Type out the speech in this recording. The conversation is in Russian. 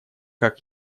как